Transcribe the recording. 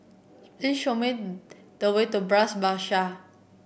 please show me the way to Bras Basah